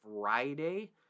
Friday